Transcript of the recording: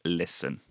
listen